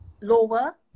lower